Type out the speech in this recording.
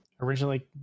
Originally